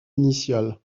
initiale